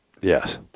Yes